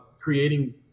creating